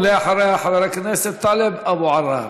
אחריה, חבר הכנסת טלב אבו עראר.